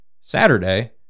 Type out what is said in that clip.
saturday